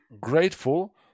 grateful